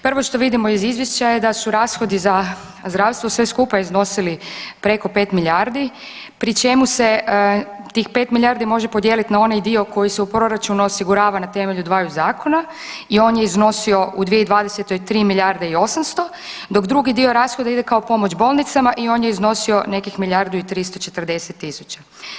Prvo što vidimo iz izvješća je da su rashodi za zdravstvo sve skupa iznosili preko 5 milijardi pri čemu se tih 5 milijardi može podijeliti na onaj dio koji se u proračunu osigurava na temelju dvaju zakona i on je iznosio u 2020., 3 milijarde i 800, dok drugi dio rashoda ide kao pomoć bolnicama i on je iznosio nekih milijardu i 340 tisuća.